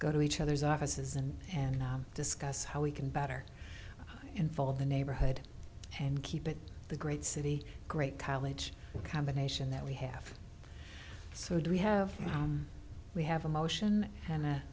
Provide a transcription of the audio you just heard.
go to each other's offices and and discuss how we can better involve the neighborhood and keep it the great city great college combination that we have so do we have we have a motion and